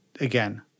again